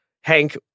Hank